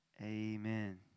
Amen